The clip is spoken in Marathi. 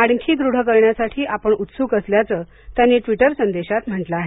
आणखी दृढ करण्यासाठी आपण उत्सुक असल्याचं त्यांनी ट्विटर संदेशात म्हटल आहे